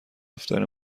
دفتر